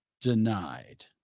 Denied